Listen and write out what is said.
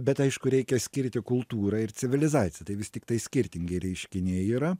bet aišku reikia skirti kultūrą ir civilizaciją tai vis tiktai skirtingi reiškiniai yra